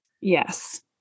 Yes